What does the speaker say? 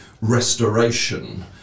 restoration